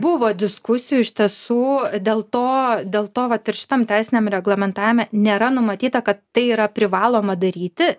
buvo diskusijų iš tiesų dėl to dėl to vat ir šitam teisiniam reglamentavime nėra numatyta kad tai yra privaloma daryti